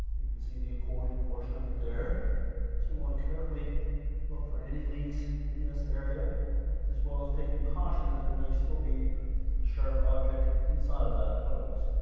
you can see the accordion portion of it there. we want to carefully look for any leaks in this area as well as taking caution that there may still be a sharp object inside of that hose.